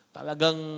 Talagang